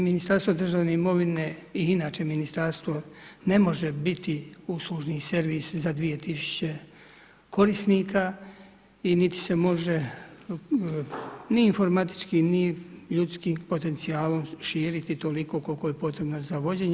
Ministarstvo državne imovine i inače ministarstvo ne može biti uslužni servis za 2000 korisnika i niti se može ni informatički ni ljudski potencijal širiti toliko koliko je potrebno za vođenje.